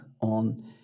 on